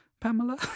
Pamela